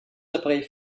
appareils